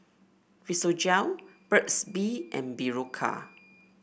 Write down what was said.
Physiogel Burt's Bee and Berocca